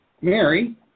Mary